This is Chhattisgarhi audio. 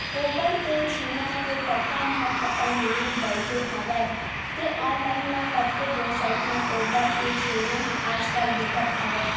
गोबर के छेना के अतका महत्ता अउ मांग बड़गे हवय के ऑनलाइन म कतको वेबसाइड म गोबर के छेना ह आज कल बिकत हवय